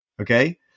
okay